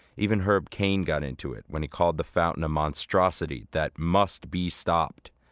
even herb kane got into it when he called the fountain a monstrosity that must be stopped.